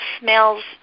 smells